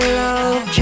love